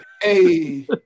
Hey